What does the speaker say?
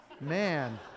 man